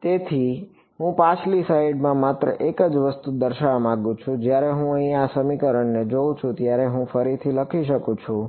તેથી હું પાછલી સ્લાઇડમાંથી માત્ર એક જ વસ્તુ દર્શાવવા માંગુ છું જ્યારે હું અહીં આ સમીકરણને જોઉં છું ત્યારે હું ફરીથી લખી શકું છું